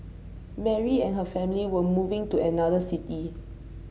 Mary and her family were moving to another city